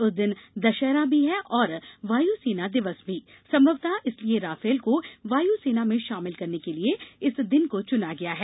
उस दिन दशहरा भी है और वायुसेना दिवस भी संभवतः इसीलिए राफेल को वायुसेना में शामिल करने के लिए इस दिन को चुना गया है